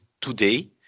today